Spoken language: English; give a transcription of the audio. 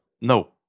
No